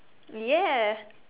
yes